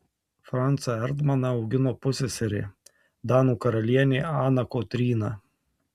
francą erdmaną augino pusseserė danų karalienė ana kotryna